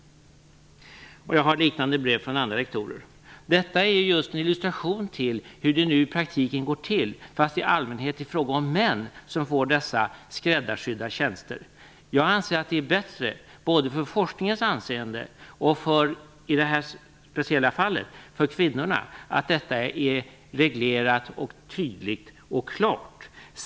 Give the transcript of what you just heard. Jag har liknande brev från andra rektorer. Detta är en illustration av hur det nu i praktiken går till fastän det i allmänhet är män som får skräddarsydda tjänster. Jag anser att det är bättre, både för forskningens anseende och i det här speciella fallet, för kvinnorna att detta är reglerat, tydligt och klart.